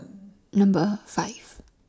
Number five